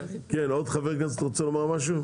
עוד חבר כנסת רוצה לומר משהו?